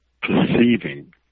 perceiving